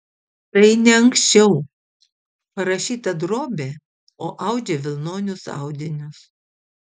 tai ne anksčiau parašyta drobė o audžia vilnonius audinius